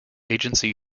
agency